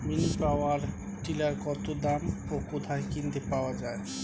Mini power tiller কত দাম ও কোথায় কিনতে পাওয়া যায়?